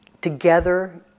Together